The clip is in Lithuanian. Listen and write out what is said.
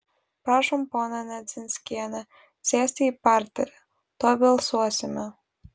prašom ponia nedzinskiene sėsti į parterį tuoj balsuosime